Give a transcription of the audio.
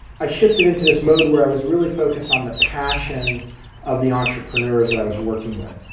i shifted into this mode where i was really focused on the passion of the entrepreneurs that i was working with.